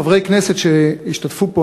חברי כנסת שהשתתפו פה,